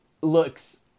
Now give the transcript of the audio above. looks